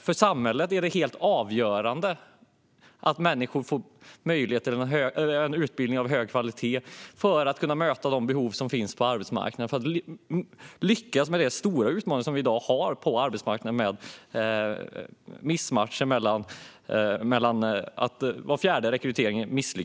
För samhället är det helt avgörande att människor får möjlighet till en utbildning av hög kvalitet för att kunna möta de behov som finns på arbetsmarknaden och för att lyckas med de stora utmaningar som vi i dag har på arbetsmarknaden på grund av missmatchning; till exempel misslyckas var fjärde rekrytering.